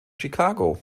chicago